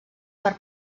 per